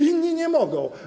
Inni nie mogą.